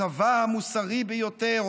הצבא המוסרי ביותר,